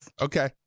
okay